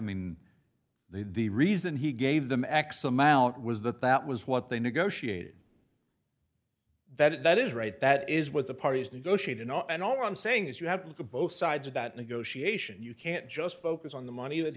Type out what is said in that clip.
mean the reason he gave them x amount was that that was what they negotiated that is right that is what the parties negotiate and all and all i'm saying is you have to both sides of that negotiation you can't just focus on the money that